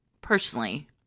personally